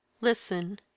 Listen